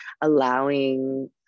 allowing